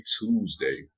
Tuesday